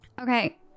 Okay